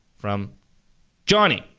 from johnny.